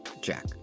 Jack